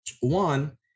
One